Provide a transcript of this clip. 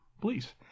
please